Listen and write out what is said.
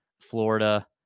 Florida